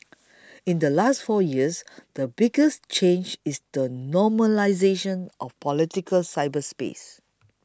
in the last four years the biggest change is the normalisation of political cyberspace